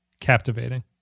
captivating